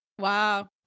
Wow